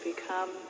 Become